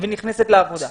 ונכנסת לעבודה.